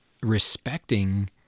respecting